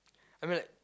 I mean like